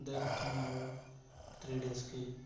ఎంత చెప్తున్నారు త్రీ డేస్కి